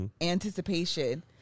anticipation